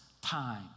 time